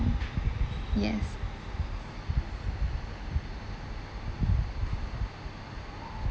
yes